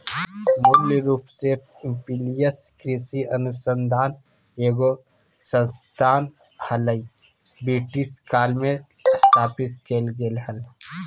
मूल रूप से इंपीरियल कृषि अनुसंधान एगो संस्थान हलई, ब्रिटिश काल मे स्थापित कैल गेलै हल